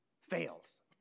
fails